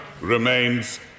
remains